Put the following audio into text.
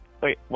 Wait